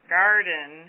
garden